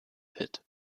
wird